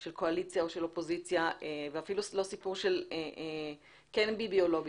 לא של קואליציה או אופוזיציה ואפילו לא סיפור של כן ביבי או לא ביבי.